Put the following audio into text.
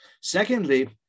Secondly